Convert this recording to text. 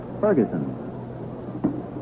ferguson